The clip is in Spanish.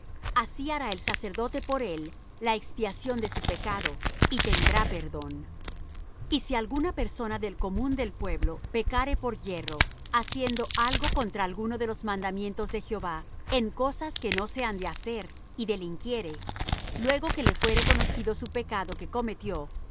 así hará el sacerdote por él la expiación de su pecado y tendrá perdón y si alguna persona del común del pueblo pecare por yerro haciendo algo contra alguno de los mandamientos de jehová en cosas que no se han de hacer y delinquiere luego que le fuere conocido su pecado que cometió